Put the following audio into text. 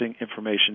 information